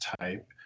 type